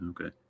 okay